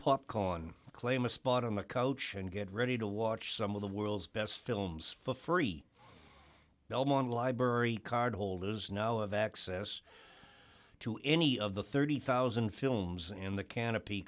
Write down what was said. popcorn claim a spot on the couch and get ready to watch some of the world's best films for free delmon library card holders now of access to any of the thirty thousand films in the canopy